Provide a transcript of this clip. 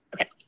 Okay